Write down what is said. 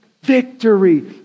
Victory